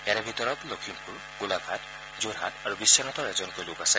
ইয়াৰে ভিতৰত লখিমপুৰ গোলাঘাট যোৰহাট আৰু বিশ্বনাথৰ এজনকৈ লোক আছে